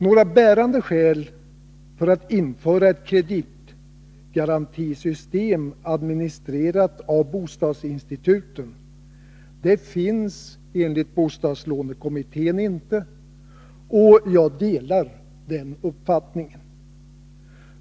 Några bärande skäl för att införa ett kreditgarantisystem, administrerat av bostadsinstituten, finns enligt bostadslånekommittén inte, och jag delar den uppfattningen.